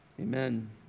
amen